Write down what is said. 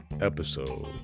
episode